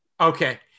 Okay